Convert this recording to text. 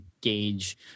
gauge